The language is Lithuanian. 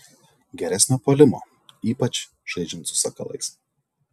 geresnio puolimo ypač žaidžiant su sakalais